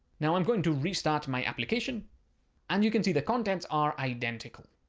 now i'm going to restart my application and you can see the contents are identical.